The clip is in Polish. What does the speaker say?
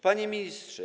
Panie Ministrze!